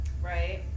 Right